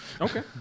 Okay